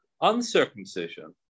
Uncircumcision